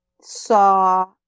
saw